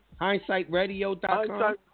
Hindsightradio.com